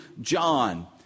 John